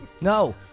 No